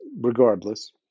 regardless